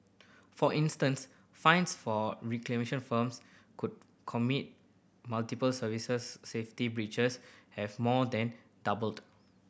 for instance fines for recalcitrant firms could commit multiple serious safety breaches have more than doubled